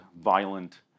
violent